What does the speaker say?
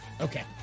Okay